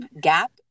Gap